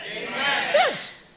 Yes